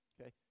Okay